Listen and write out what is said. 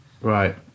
Right